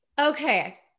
Okay